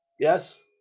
Yes